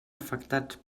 afectats